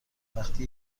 وقتی